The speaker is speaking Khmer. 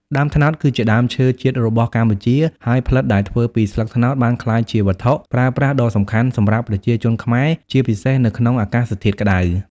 ដើមត្នោតគឺជាដើមឈើជាតិរបស់កម្ពុជា ហើយផ្លិតដែលធ្វើពីស្លឹកត្នោតបានក្លាយជាវត្ថុប្រើប្រាស់ដ៏សំខាន់សម្រាប់ប្រជាជនខ្មែរជាពិសេសនៅក្នុងអាកាសធាតុក្តៅ។